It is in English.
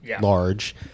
large